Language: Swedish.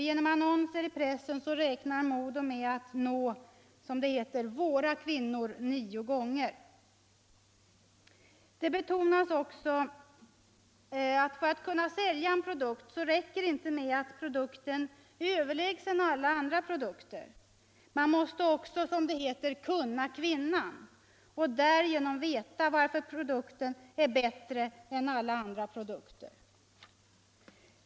Genom annonser i pressen räknar Modo med att nå, som det heter, ”våra kvinnor” nio gånger. Det betonas också att det för att kunnä sälja inte räcker med att produkten är överlägsen alla andra produkter. Man måste också, som det heter, ”kunna kvinnan” och därigenom veta varför produkten är bättre än alla andra produkter.